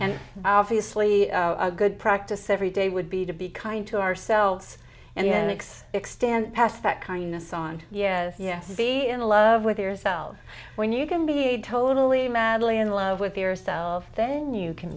and obviously a good practice every day would be to be kind to ourselves and it's extend past that kindness on yes yes be in love with yourself when you can be a totally madly in love with yourself then you can